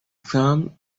term